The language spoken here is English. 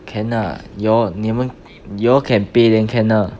can lah you all 你们 you all can pay then can lah